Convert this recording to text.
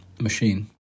machine